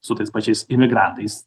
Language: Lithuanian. su tais pačiais imigrantais